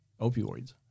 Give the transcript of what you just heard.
opioids